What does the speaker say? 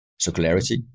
circularity